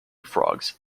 frogs